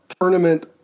tournament